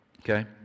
Okay